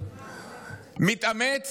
אני מתאמץ